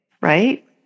right